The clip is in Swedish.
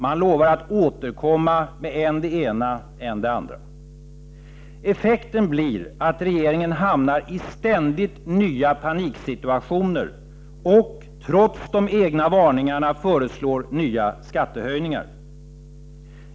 Man lovar att återkomma med än det ena, än det andra. Effekten blir att regeringen hamnar i ständigt nya paniksituationer och — trots de egna varningarna — föreslår nya skattehöjningar.